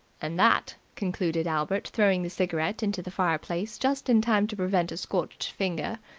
and that, concluded albert throwing the cigarette into the fire-place just in time to prevent a scorched finger,